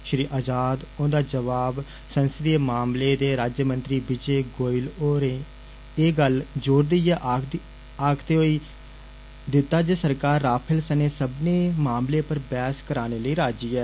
श्री आज़ाद होदा जवाब संसदीय मामलें दे राज्यमंत्री विजय गोयल होरें एह गल्ल जोर देइयै आक्खदे होई दिता जे सरकार राफेल सने सब्बने मामलें पर बैहस कराने लेई राजी ऐ